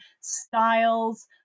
styles